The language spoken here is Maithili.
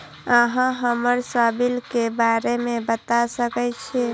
अहाँ हमरा सिबिल के बारे में बता सके छी?